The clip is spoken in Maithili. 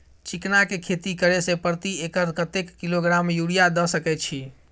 चिकना के खेती करे से प्रति एकर कतेक किलोग्राम यूरिया द सके छी?